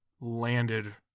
landed